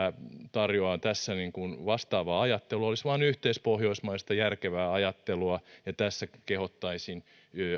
tarjoaa tässä vastaavaa ajattelua olisi vain yhteispohjoismaalaista järkevää ajattelua ja tässä kehottaisin